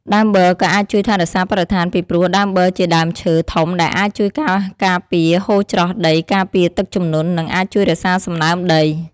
ដើមប័រក៏អាចជួយថែរក្សាបរិស្ថាន ពីព្រោះដើមបឺរជាដើមឈើធំដែលអាចជួយការពារការហូរច្រោះដី ការពារទឹកជំនន់ និងអាចជួយរក្សាសំណើមដី។